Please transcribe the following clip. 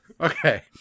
okay